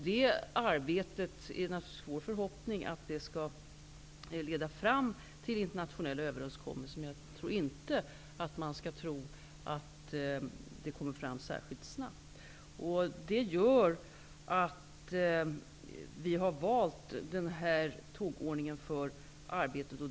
Det är naturligtvis vår förhoppning att det arbetet skall leda till en internationell överenskommelse. Men jag tror inte att man skall förvänta sig att den skall komma fram särskilt snabbt. Det är anledningen till att vi har valt den här tågordningen för arbetet.